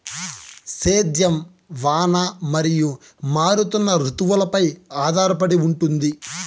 సేద్యం వాన మరియు మారుతున్న రుతువులపై ఆధారపడి ఉంటుంది